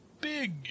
big